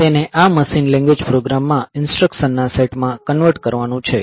તેને આ machine language પ્રોગ્રામમાં ઈન્સ્ટ્રકશનના સેટમાં કન્વર્ટ કરવાનું છે